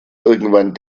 irgendwann